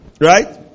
right